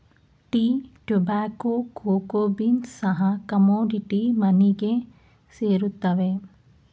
tea, tobacco, cocoa beans ಸಹ commodity ಮನಿಗೆ ಸೇರುತ್ತವೆ